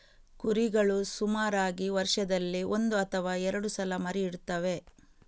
ಕುರಿಗಳು ಸುಮಾರಾಗಿ ವರ್ಷದಲ್ಲಿ ಒಂದು ಅಥವಾ ಎರಡು ಸಲ ಮರಿ ಇಡ್ತವೆ